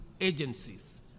agencies